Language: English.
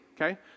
okay